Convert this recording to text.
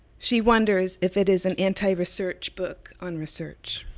she wonders if it is an anti-research book on research.